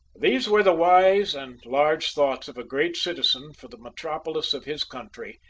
these were the wise and large thoughts of a great citizen for the metropolis of his country.